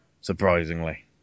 Surprisingly